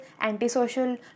antisocial